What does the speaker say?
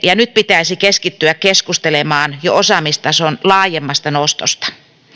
ja nyt pitäisi keskittyä keskustelemaan jo osaamistason laajemmasta nostosta